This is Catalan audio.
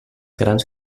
grans